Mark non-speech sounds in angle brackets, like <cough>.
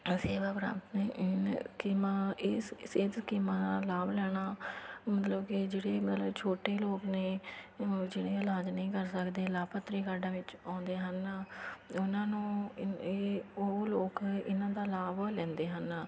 <unintelligible> ਇਹ ਸਕੀਮਾਂ ਲਾਭ ਲੈਣਾ ਮਤਲਬ ਕਿ ਜਿਹੜੇ ਮਤਲਬ ਛੋਟੇ ਲੋਕ ਨੇ ਜਿਹੜੇ ਇਲਾਜ ਨਹੀਂ ਕਰ ਸਕਦੇ ਲਾਭਪਾਤਰੀ ਕਾਰਡਾਂ ਵਿੱਚ ਆਉਂਦੇ ਹਨ ਉਹਨਾਂ ਨੂੰ ਇਹ ਉਹ ਲੋਕ ਇਹਨਾਂ ਦਾ ਲਾਭ ਲੈਂਦੇ ਹਨ